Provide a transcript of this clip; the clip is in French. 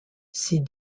ces